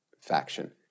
faction